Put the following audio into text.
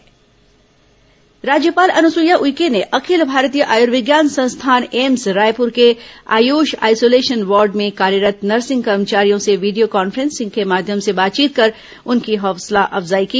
corona राज्यपाल बातचीत राज्यपाल अनुसुईया उइके ने अखिल भारतीय आयुर्विज्ञान संस्थान एम्स रायपूर के आयुष आईसोलेशन वार्ड में कार्यरत नर्सिंग कर्मचारियों से वीडियो कॉन्फ्रेंसिंग के माध्यम से बातचीत कर उनकी हौसला अफजाई की